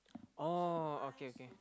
oh okay okay